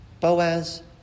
Boaz